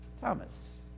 Thomas